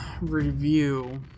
review